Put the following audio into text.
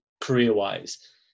career-wise